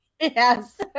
Yes